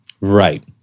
Right